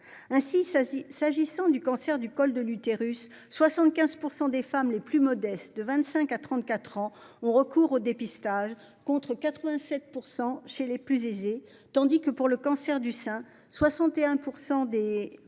Ainsi, dans le cas du cancer du col de l'utérus, 75 % des femmes les plus modestes de 25 à 34 ans ont recours au dépistage contre 87 % des plus aisées, tandis que, pour le cancer du sein, 61 % des